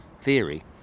theory